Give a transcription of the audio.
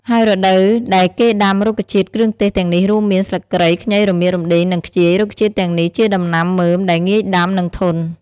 ហើយរដូវដែរគេដាំរុក្ខជាតិគ្រឿងទេសទាំងនេះរួមមាន ស្លឹកគ្រៃ ខ្ញី រមៀត រំដេង និងខ្ជាយ រុក្ខជាតិទាំងនេះជាដំណាំមើមដែលងាយដាំ និងធន់។